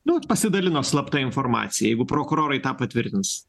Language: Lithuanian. nu vat pasidalino slapta informacija jeigu prokurorai tą patvirtins